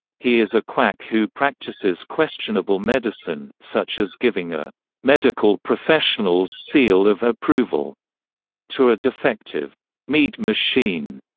he is a quack who practices questionable medicine, such as giving a medical professional's seal of approval to a defective meat machine,